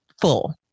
full